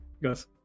Yes